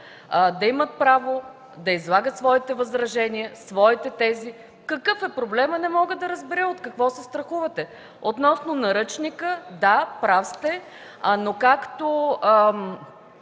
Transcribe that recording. да имат право да излагат своите възражения, своите тези. Какъв е проблемът? Не мога да разбера от какво се страхувате? Относно наръчника – да, прав сте. Както